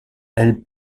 elle